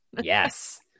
Yes